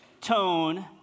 tone